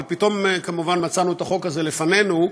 אבל פתאום כמובן מצאנו את החוק הזה לפנינו,